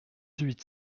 huit